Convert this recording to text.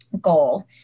goal